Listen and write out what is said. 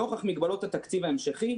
נוכח מגבלות התקציב ההמשכי,